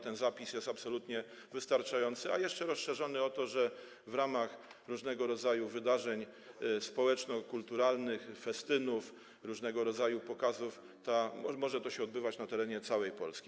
Ten zapis jest absolutnie wystarczający, a jeszcze jest rozszerzony o to, że w ramach różnego rodzaju wydarzeń społeczno-kulturalnych, festynów, pokazów może to się odbywać na terenie całej Polski.